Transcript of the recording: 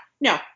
no